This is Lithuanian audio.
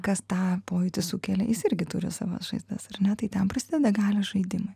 kas tą pojūtį sukelia jis irgi turi savas žaizdas ar ne tai ten prasideda galios žaidimai